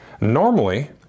normally